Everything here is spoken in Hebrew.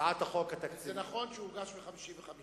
זה נכון שהוא הוגש ב-55,